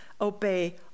obey